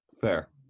Fair